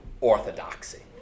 orthodoxy